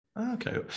Okay